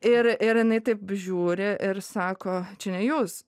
ir ir jinai taip žiūri ir sako čia ne jūs